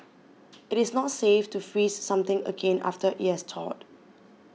it is not safe to freeze something again after it has thawed